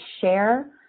share